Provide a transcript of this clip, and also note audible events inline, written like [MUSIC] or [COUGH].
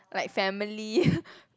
like family [LAUGHS]